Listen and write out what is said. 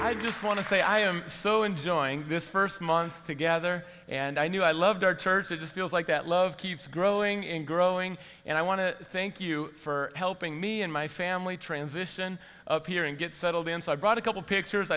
i just want to say i am so enjoying this first month together and i knew i loved our target it just feels like that love keeps growing and growing and i want to thank you for helping me and my family transition here and get settled in so i brought a couple pictures